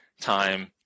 time